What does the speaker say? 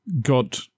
got